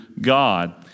God